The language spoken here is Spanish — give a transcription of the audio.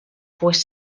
pues